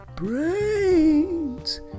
brains